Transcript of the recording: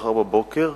מחר בבוקר,